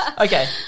Okay